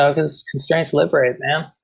ah because constraints liberate them